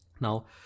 Now